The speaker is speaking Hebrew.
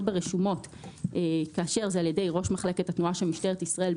ברשומות כאשר זה על ידי ראש מחלקת התנועה של משטרת ישראל,